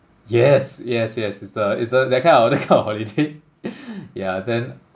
yes yes yes it's the it's the that kind of that kind of holiday yeah then